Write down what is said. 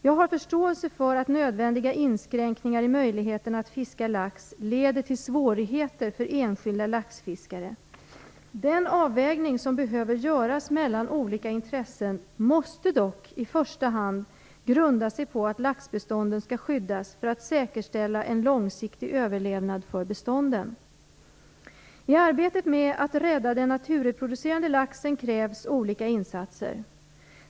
Jag har förståelse för att nödvändiga inskränkningar i möjligheten att fiska lax leder till svårigheter för enskilda laxfiskare. Den avvägning som behöver göras mellan olika intressen måste dock i första hand grunda sig på att laxbestånden skall skyddas för att säkerställa en långsiktig överlevnad för bestånden. I arbetet med att rädda den naturreproducerande laxen krävs olika insatser.